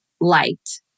liked